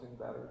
better